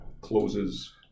closes